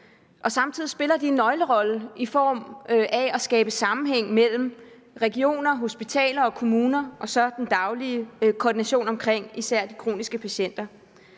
Samtidig spiller de en nøglerolle i form af at skabe sammenhæng mellem regioner, hospitaler og kommuner og den daglige koordination omkring især de kroniske patienter.